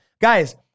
Guys